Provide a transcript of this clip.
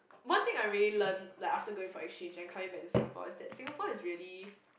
one thing I really learn like after going for exchange and coming back to Singapore is that Singapore is really